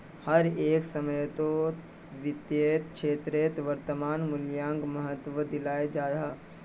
हर एक समयेत वित्तेर क्षेत्रोत वर्तमान मूल्योक महत्वा दियाल जाहा